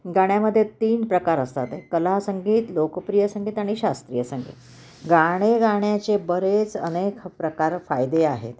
गाण्यामध्ये तीन प्रकार असतात कला संगीत लोकप्रिय संगीत आणि शास्त्रीय संगीत गाणे गाण्याचे बरेच अनेक प्रकार फायदे आहेत